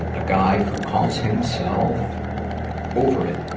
and a guy who calls himself over it.